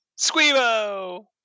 Squeebo